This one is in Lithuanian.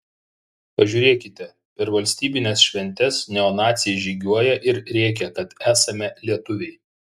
pažiūrėkite per valstybines šventes neonaciai žygiuoja ir rėkia kad esame lietuviai